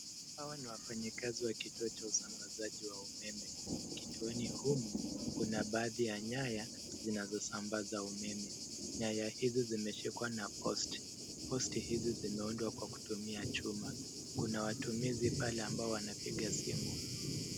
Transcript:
Hawa ni wafanyikazi wa kituo cha usambazaji wa umeme. Kituoni humu kuna baadhi ya nyaya zinazosambaza umeme. Nyaya hizi zimeshikwa na posti. Posti hizi zimeundwa kwa kutumia chuma. Kuna watumizi pale ambao wanapiga simu.